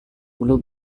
blue